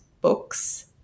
books